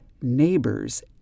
neighbor's